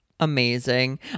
amazing